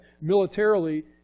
militarily